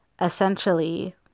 essentially